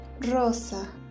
Rosa